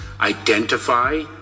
identify